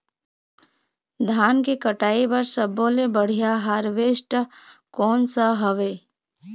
धान के कटाई बर सब्बो ले बढ़िया हारवेस्ट कोन सा हवए?